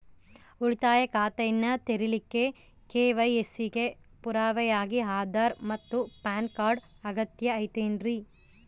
ಉಳಿತಾಯ ಖಾತೆಯನ್ನ ತೆರಿಲಿಕ್ಕೆ ಕೆ.ವೈ.ಸಿ ಗೆ ಪುರಾವೆಯಾಗಿ ಆಧಾರ್ ಮತ್ತು ಪ್ಯಾನ್ ಕಾರ್ಡ್ ಅಗತ್ಯ ಐತೇನ್ರಿ?